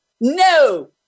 No